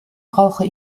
brauche